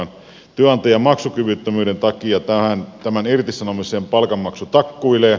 työnantajan maksukyvyttömyyden takia tämän irtisanomisajan palkan maksu takkuilee